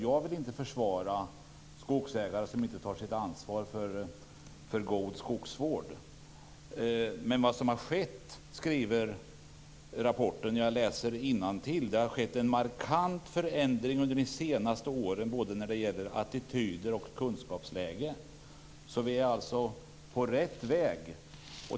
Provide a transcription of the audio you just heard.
Jag vill inte försvara skogsägare som inte tar sitt ansvar för god skogsvård. Men i rapporten står att det har skett en markant förändring under de senaste åren, både när det gäller attityder och kunskapsläge. Vi är alltså på rätt väg.